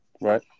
right